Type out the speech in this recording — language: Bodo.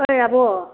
ओइ आब'